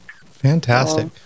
Fantastic